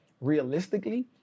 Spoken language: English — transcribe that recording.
realistically